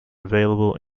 available